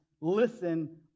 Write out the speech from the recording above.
listen